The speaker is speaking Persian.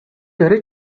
داره